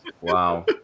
Wow